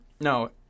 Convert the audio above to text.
No